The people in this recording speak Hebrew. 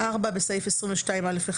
(4)בסעיף 22(א1),